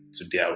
today